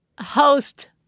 host